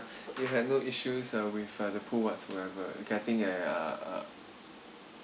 you had no issues uh with the pool whatsoever okay I think I uh